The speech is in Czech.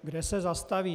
Kde se zastavíte?